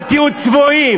אל תהיו צבועים.